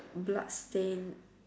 bloodstained